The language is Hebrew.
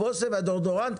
הבושם והדיאודורנט,